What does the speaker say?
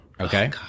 Okay